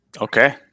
Okay